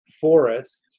forest